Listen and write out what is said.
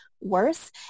worse